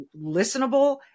listenable